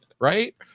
right